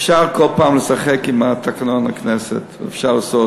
אפשר כל פעם לשחק עם תקנון הכנסת, ואפשר לעשות